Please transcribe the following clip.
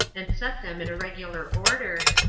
and set them in a regular order,